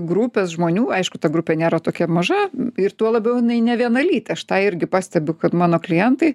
grupės žmonių aišku ta grupė nėra tokia maža ir tuo labiau jinai nevienalytė aš tą irgi pastebiu kad mano klientai